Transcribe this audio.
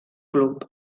club